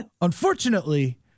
unfortunately